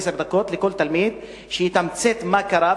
עשר דקות לכל תלמיד שיתמצת מה קרא,